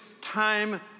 time